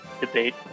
debate